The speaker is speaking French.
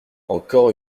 encore